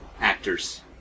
actors